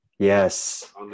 yes